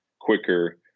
quicker